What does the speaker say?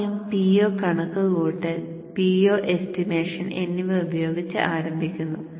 ആദ്യം Po കണക്കുകൂട്ടൽ Po estimation എന്നിവ ഉപയോഗിച്ച് ആരംഭിക്കുന്നു